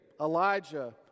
Elijah